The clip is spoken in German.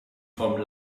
vom